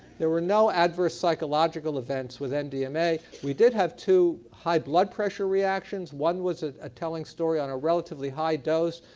there were no adverse psychological events with and um mdma. we did have two high blood pressure reactions. one was a telling story on a relatively high dose.